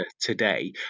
today